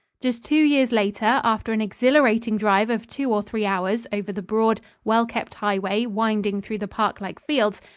just two years later, after an exhilarating drive of two or three hours over the broad, well-kept highway winding through the parklike fields,